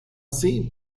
así